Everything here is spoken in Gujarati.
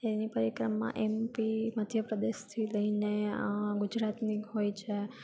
એની પરિક્રમા એમપી મધ્ય પ્રદેશથી લઈને ગુજરાતની હોય છે